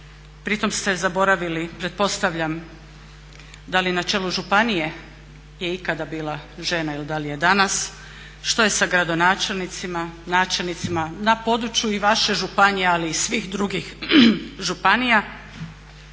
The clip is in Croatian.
Pri tome ste zaboravili, pretpostavljam, da li na načelu županije je ikada bila žena ili da li je danas? Što je sa gradonačelnicima, načelnicima na području i vaše županije ali i svih drugih županija?